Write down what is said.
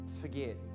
forget